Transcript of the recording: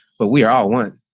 but we are all one.